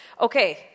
Okay